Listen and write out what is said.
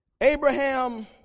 Abraham